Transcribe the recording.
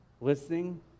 listening